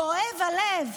כואב הלב.